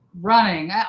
running